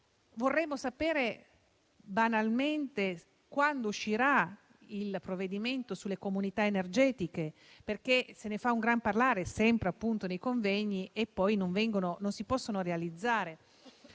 Vorremmo sapere, banalmente, quando arriverà il provvedimento sulle comunità energetiche: Se ne fa un gran parlare, sempre appunto nei convegni, e poi non si possono realizzare;